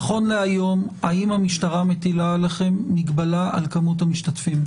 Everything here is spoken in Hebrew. נכון להיום האם המשטרה מטילה עליכם מגבלה על מספר המשתתפים?